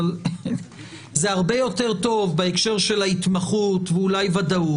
אבל זה הרבה יותר טוב בהקשר של ההתמחות ואולי ודאות,